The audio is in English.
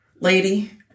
lady